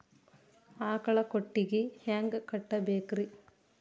ಆಕಳ ಕೊಟ್ಟಿಗಿ ಹ್ಯಾಂಗ್ ಕಟ್ಟಬೇಕ್ರಿ?